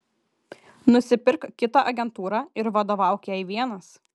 nusipirk kitą agentūrą ir vadovauk jai vienas